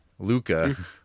Luca